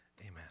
Amen